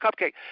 cupcake